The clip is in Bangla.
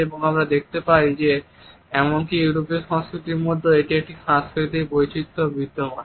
এবং আমরা দেখতে পাই যে এমনকি ইউরোপীয় সংস্কৃতির মধ্যেও এই সাংস্কৃতিক বৈচিত্র বিদ্যমান